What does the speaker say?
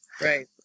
Right